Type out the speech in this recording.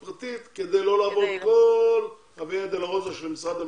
פרטית כדי לא לעבור את כל הדרך של משרד המשפטים.